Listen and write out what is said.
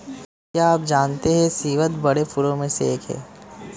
क्या आप जानते है स्रीवत बड़े फूलों में से एक है